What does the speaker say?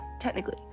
technically